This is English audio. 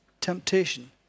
Temptation